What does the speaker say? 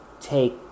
take